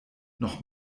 noch